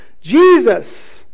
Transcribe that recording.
Jesus